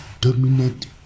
dominate